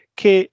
che